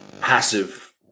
passive